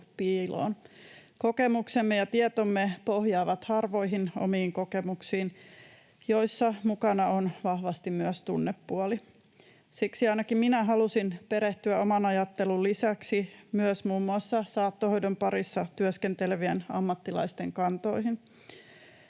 piiloon. Kokemuksemme ja tietomme pohjaavat harvoihin omiin kokemuksiin, joissa mukana on vahvasti myös tunnepuoli. Siksi ainakin minä halusin perehtyä oman ajattelun lisäksi muun muassa saattohoidon parissa työskentelevien ammattilaisten kantoihin.